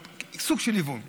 סוג של היוון כזה.